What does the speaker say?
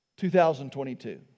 2022